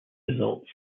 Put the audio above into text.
results